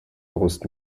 brust